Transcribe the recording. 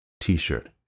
T-shirt